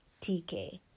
TK